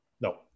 No